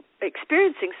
experiencing